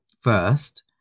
first